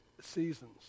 seasons